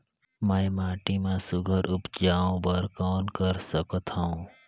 मैं माटी मा सुघ्घर उपजाऊ बर कौन कर सकत हवो?